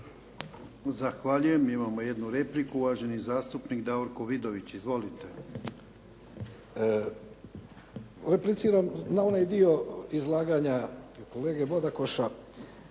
Zahvaljujem. Imamo jednu repliku, uvaženi zastupnik Davorko Vidović. Izvolite. **Vidović, Davorko (SDP)** Repliciram na onaj dio izlaganja kolege Bodakoša